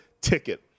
ticket